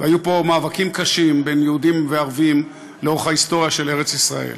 והיו פה מאבקים קשים בין יהודים וערבים לאורך ההיסטוריה של ארץ-ישראל.